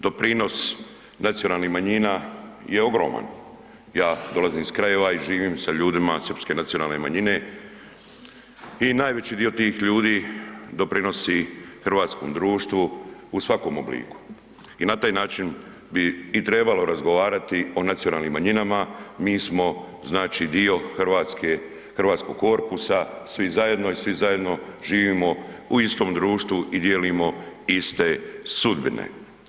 Doprinos nacionalnih manjina je ogroman, ja dolazim iz krajeva i živim sa ljudima srpske nacionalne manjine i najveći dio tih ljudi doprinosi hrvatskom društvu u svakom obliku i na taj način bi i trebalo razgovarati o nacionalnim manjinama, mi smo znači dio Hrvatske, hrvatskog korpusa, svi zajedno i svi zajedno živimo u istom društvu i dijelimo iste sudbine.